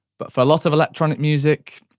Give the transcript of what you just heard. but for a lot of electronic music,